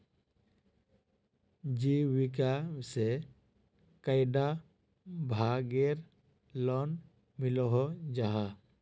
जीविका से कैडा भागेर लोन मिलोहो जाहा?